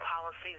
policies